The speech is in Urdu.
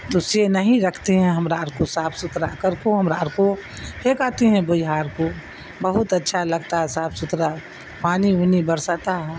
تو سے نہیں رکھتے ہیں ہم رات کو صاف ستھرا کر کو ہم رار کو پکاتے ہیں بہار کو بہت اچھا لگتا ہے صاف ستھرا پانی وونی برساتا ہے